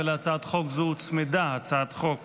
להצעת חוק זו הוצמדה הצעת חוק